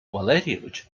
валерійович